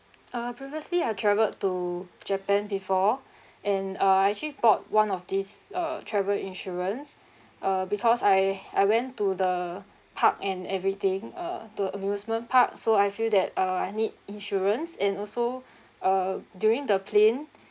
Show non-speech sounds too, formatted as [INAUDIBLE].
uh previously I travelled to japan before [BREATH] and uh I actually bought one of this uh travel insurance uh because I I went to the park and everything uh to amusement park so I feel that uh I need insurance and also [BREATH] uh during the plane